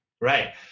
Right